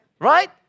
Right